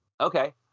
Okay